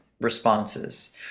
responses